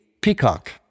peacock